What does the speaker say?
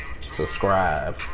Subscribe